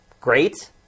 great